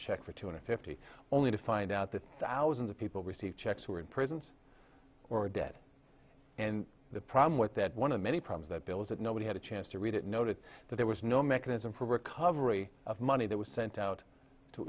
check for two hundred fifty only to find out the thousands of people receive checks who are in prisons or dead and the problem with that one of many problems that bill is that nobody had a chance to read it noted that there was no mechanism for recovery of money that was sent out to